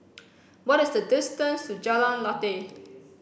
what is the distance to Jalan Lateh